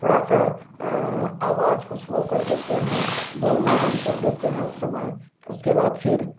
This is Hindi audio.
थोड़ा सा आवाज़ को स्लो कर देते हैं बोलना बंद कर देते हैं उस समय उसके बाद फिर